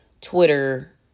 Twitter